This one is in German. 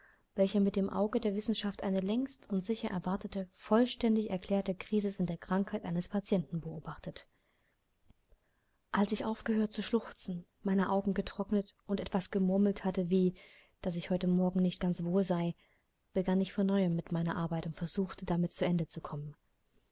welcher mit dem auge der wissenschaft eine längst und sicher erwartete vollständig erklärte krisis in der krankheit eines patienten beobachtet als ich aufgehört zu schluchzen meine augen getrocknet und etwas gemurmelt hatte wie daß ich heute morgen nicht ganz wohl sei begann ich von neuem mit meiner arbeit und versuchte damit zu ende zu kommen